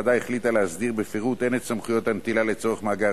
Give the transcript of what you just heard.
הוועדה החליטה להסדיר בפירוט הן את סמכות הנטילה לצורך מאגר